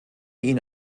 ihn